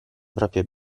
proprie